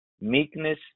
meekness